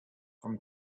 from